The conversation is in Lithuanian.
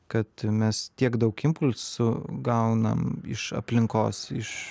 kad mes tiek daug impulsų gaunam iš aplinkos iš